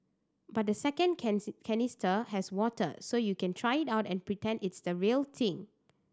but the second canister has water so you can try it out and pretend it's the real thing